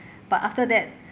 but after that